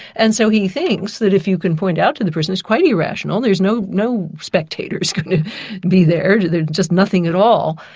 and so he thinks that if you can point out to the person it's quite irrational, there's no no spectators gonna be there, there's just nothing at all,